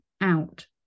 out